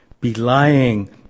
belying